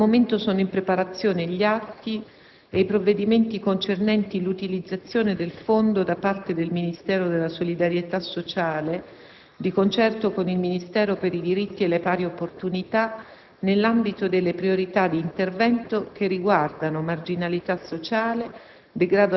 Al momento sono in preparazione gli atti e i provvedimenti concernenti l'utilizzazione del fondo da parte del Ministero della solidarietà sociale, di concerto con il Ministero per i diritti e le pari opportunità; nell'ambito delle priorità di intervento che riguardano marginalità sociale,